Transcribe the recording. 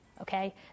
okay